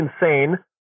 insane